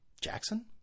Jackson